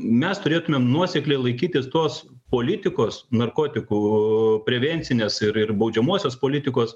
mes turėtumėm nuosekliai laikytis tos politikos narkotikų prevencinės ir ir baudžiamosios politikos